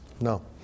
no